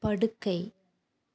படுக்கை